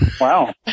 Wow